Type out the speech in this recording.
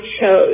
chose